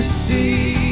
see